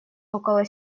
около